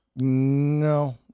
No